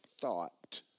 thought